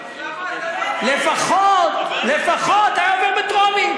אז למה אתה לא מוריד, לפחות היה עובר בטרומית.